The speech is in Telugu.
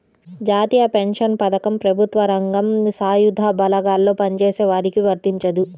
జాతీయ పెన్షన్ పథకం ప్రభుత్వ రంగం, సాయుధ బలగాల్లో పనిచేసే వారికి వర్తించదు